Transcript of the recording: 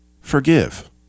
forgive